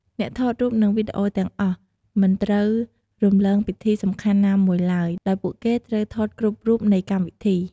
អ្នកថតរូប និងវីដេអូទាំងអស់មិនត្រូវរំលងពិធីសំខាន់ណាមួយឡើយ ដោយពួកគេត្រូវថតគ្រប់រូបភាពនៃកម្មវីធី។